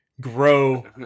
grow